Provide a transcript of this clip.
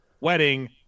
wedding